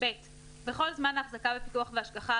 (ב)בכל זמן ההחזקה בפיקוח והשגחה,